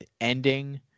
ending